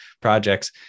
projects